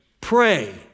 Pray